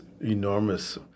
enormous